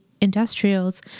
industrials